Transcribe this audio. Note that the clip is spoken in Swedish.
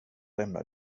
lämna